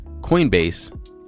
Coinbase